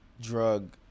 drug